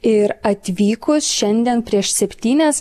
ir atvykus šiandien prieš septynias